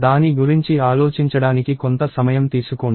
దాని గురించి ఆలోచించడానికి కొంత సమయం తీసుకోండి